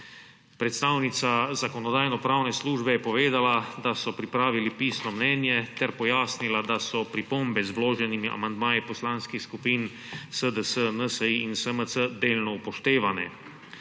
Predstavnica Zakonodajno-pravne službe je povedala, da so pripravili pisno mnenje, ter pojasnila, da so pripombe z vloženimi amandmaji poslanskih skupin SDS, NSi in SMC delno upoštevane.